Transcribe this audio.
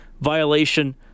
violation